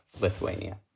Lithuania